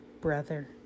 brother